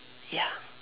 ya